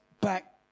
back